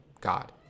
God